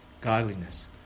Godliness